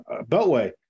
beltway